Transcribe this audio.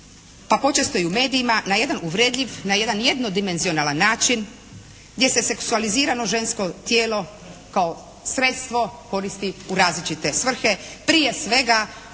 pa počesto i u medijima na jedan uvredljiv, na jedan jednodimenzionalan način, gdje se seksualizirano žensko tijelo kao sredstvo koristi u različite svrhe, prije svega